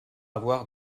avoir